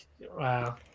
wow